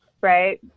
right